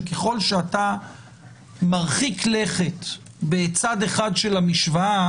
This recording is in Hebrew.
שככל שאתה מרחיק לכת בצד אחד של המשוואה